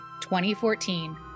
2014